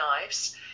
Knives